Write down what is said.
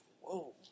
Whoa